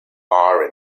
are